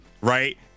right